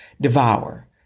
devour